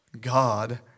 God